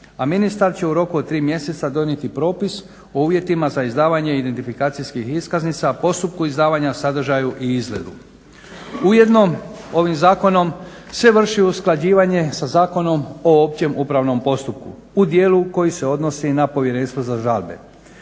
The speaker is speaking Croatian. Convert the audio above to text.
A ministar će u roku od tri mjeseca donijeti propis o uvjetima za izdavanje identifikacijskih iskaznica, postupku izdavanja, sadržaju i izgledu. Ujedno ovim zakonom se vrši usklađivanje sa Zakonom o opće upravnom postupku u dijelu koji se odnosi na Povjerenstvo za žalbe.